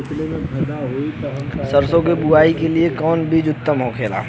सरसो के बुआई के लिए कवन बिज उत्तम होखेला?